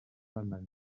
allemagne